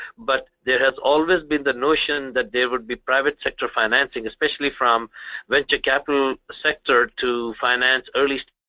but there has always been the notion that there would be private sector financing, especially from venture capital sector to finance early so